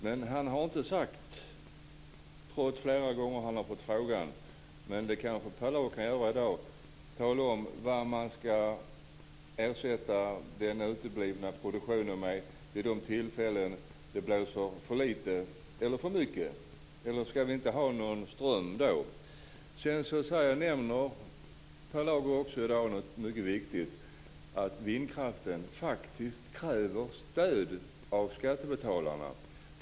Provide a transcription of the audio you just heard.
Han har dock, trots att han har blivit tillfrågad flera gånger, inte sagt - men det kan kanske Per Lager göra i dag - vad man ska ersätta den uteblivna produktionen med vid de tillfällen när produktionen blir för liten. Ska vi då inte få någon ström? Och vad gör vi när produktionen blir för stor? Per Lager nämner i dag något mycket viktigt, nämligen att vindkraften faktiskt kräver ett stöd från skattebetalarna.